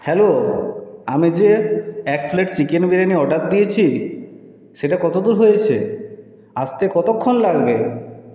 hello আমি যে এক প্লেট চিকেন বিরিয়ানি অর্ডার দিয়েছি সেটা কতদূর হয়েছে আসতে কতক্ষণ লাগবে